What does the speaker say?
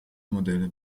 modelle